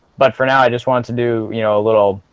but for now, i just wanted to do you know a little